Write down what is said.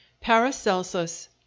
Paracelsus